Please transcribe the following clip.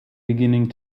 beginning